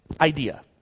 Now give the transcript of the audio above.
idea